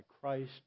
Christ